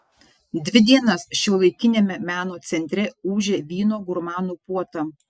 dvi dienas šiuolaikiniame meno centre ūžė vyno gurmanų puota